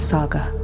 Saga